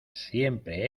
siempre